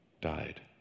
died